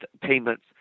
payments